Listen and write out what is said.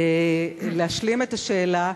להשלים את השאלה.